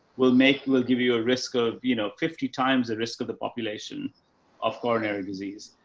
we'll make, we'll give you a risk of, you know, fifty times the risk of the population of coronary disease.